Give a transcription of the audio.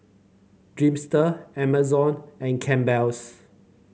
Dreamster Amazon and Campbell's